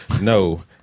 No